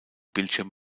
bildschirm